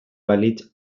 balitz